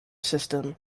system